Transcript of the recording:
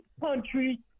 country